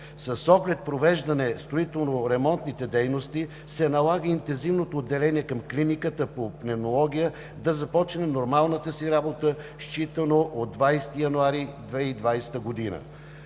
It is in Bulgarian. С оглед провеждане на строително-ремонтните дейности се налага интензивното отделение към Клиниката по пневмология да започне нормалната си работа, считано от 20 януари 2020 г.